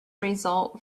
result